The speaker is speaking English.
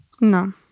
No